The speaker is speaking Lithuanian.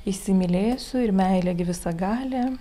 įsimylėsiu ir meilė gi visagalė